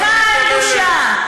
לך אין בושה.